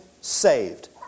saved